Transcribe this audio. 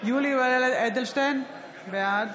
יולי יואל אדלשטיין, בעד